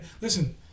Listen